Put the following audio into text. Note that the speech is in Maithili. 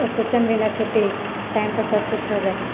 आओर क्वेश्चन नहि छुटै टाइमपर सब कुछ हो जाइ